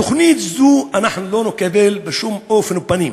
תוכנית זו אנחנו לא נקבל בשום פנים ואופן,